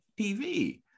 TV